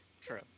True